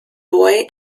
boy